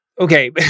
Okay